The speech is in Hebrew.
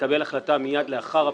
לקבל החלטה מיד לאחר הבחירות,